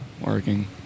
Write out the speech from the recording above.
Working